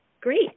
Great